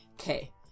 Okay